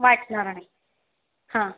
वाटणार नाही